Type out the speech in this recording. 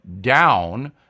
down